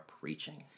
preaching